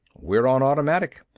we're on automatic.